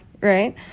right